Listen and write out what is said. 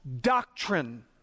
doctrine